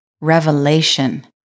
revelation